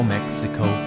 Mexico